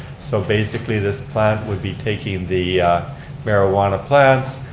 so basically this plant would be taking the marijuana plants,